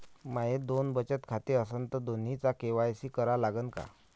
माये दोन बचत खाते असन तर दोन्हीचा के.वाय.सी करा लागन का?